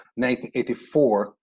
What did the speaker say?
1984